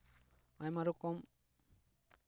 ᱟᱭᱢᱟ ᱨᱚᱠᱚᱢ